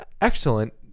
Excellent